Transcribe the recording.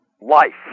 life